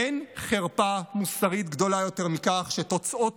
אין חרפה מוסרית גדולה יותר מכך שהתוצאה